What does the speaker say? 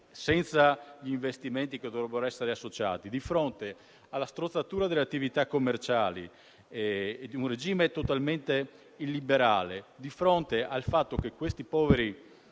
senza gli investimenti che dovrebbero essere associati; accanto alla strozzatura delle attività commerciali e di un regime totalmente illiberale e accanto al fatto che questi poveri